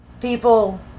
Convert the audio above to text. people